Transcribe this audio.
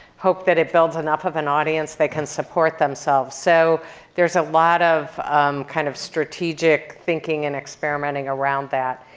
hope that it builds enough of an audience they can support themselves? so there's a lot of kind of strategic thinking and experimenting around that.